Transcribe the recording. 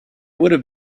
would